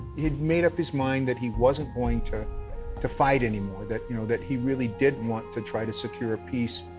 he'd made up his mind that he wasn't going to to fight anymore, that you know that he really did want to try to secure peace